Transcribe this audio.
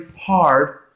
hard